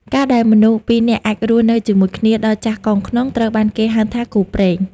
ការដែលមនុស្សពីរនាក់អាចរស់នៅជាមួយគ្នាដល់ចាស់កោងខ្នង ត្រូវបានគេហៅថាគូព្រេង។